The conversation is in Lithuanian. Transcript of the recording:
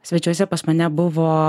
svečiuose pas mane buvo